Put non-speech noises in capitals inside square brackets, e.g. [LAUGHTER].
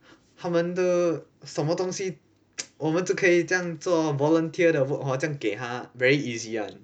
他们都什么东西 [NOISE] 我们就可以这样做 volunteer 的 work hor 这样给他 very easy [one]